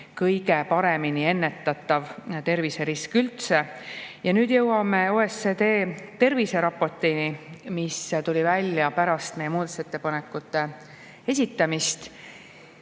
kõige paremini ennetatav terviserisk üldse. Nüüd jõuame OECD terviserapotini, mis tuli välja pärast meie muudatusettepanekute esitamist.